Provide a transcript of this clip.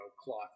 cloth